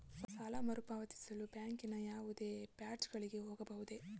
ಸಾಲ ಮರುಪಾವತಿಸಲು ಬ್ಯಾಂಕಿನ ಯಾವುದೇ ಬ್ರಾಂಚ್ ಗಳಿಗೆ ಹೋಗಬಹುದೇ?